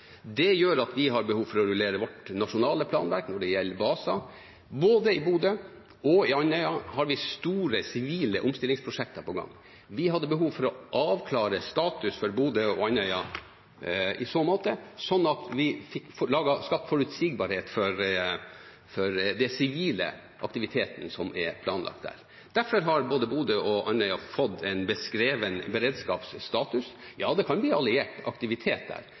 når det gjelder baser. Både i Bodø og på Andøya har vi store sivile omstillingsprosjekter på gang. Vi hadde behov for å avklare status for Bodø og Andøya i så måte, sånn at vi fikk skapt forutsigbarhet for den sivile aktiviteten som er planlagt der. Derfor har både Bodø og Andøya fått en beskrevet beredskapsstatus. Ja, det kan bli alliert aktivitet der,